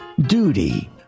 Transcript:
duty